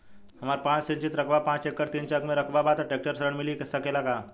हमरा पास सिंचित रकबा पांच एकड़ तीन चक में रकबा बा त ट्रेक्टर ऋण मिल सकेला का?